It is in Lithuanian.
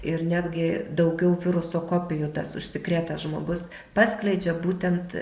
ir netgi daugiau viruso kopijų tas užsikrėtęs žmogus paskleidžia būtent